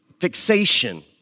fixation